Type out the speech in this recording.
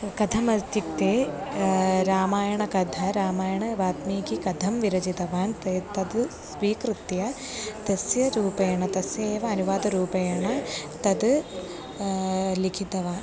कथमित्युक्ते रामायणकथां रामायणवाल्मीकिकथां विरचितवान् ते तद् स्वीकृत्य तस्य रूपेण तस्य एव अनुवादरूपेण तद् लिखितवान्